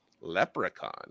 Leprechaun